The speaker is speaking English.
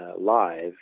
live